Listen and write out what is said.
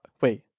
Wait